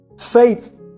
faith